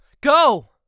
Go